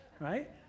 right